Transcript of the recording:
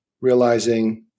realizing